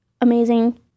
amazing